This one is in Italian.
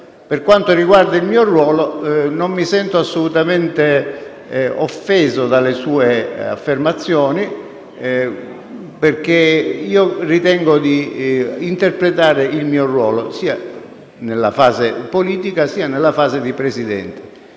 Per quanto riguarda il mio ruolo non mi sento assolutamente offeso dalle sue affermazioni, perché ritengo di interpretarlo sia nella fase politica che nella fase di Presidenza.